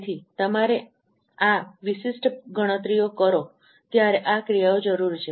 તેથી જ્યારે તમે આ વિશિષ્ટ ગણતરીઓ કરો ત્યારે આ ક્રિયાઓ જરૂરી છે